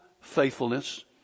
faithfulness